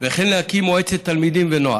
וכן להקים מועצת תלמידים ונוער.